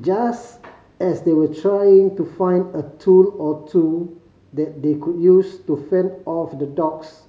just as they were trying to find a tool or two that they could use to fend off the dogs